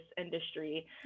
industry